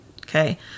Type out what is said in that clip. Okay